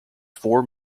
four